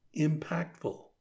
impactful